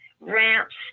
ramps